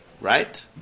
right